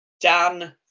Dan